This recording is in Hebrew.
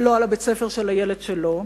ולא על בית-הספר של הילד שלו.